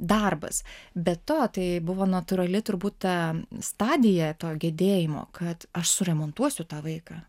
darbas be to tai buvo natūrali turbūt ta stadija to gedėjimo kad aš suremontuosiu tą vaiką